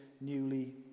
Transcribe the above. newly